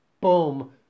boom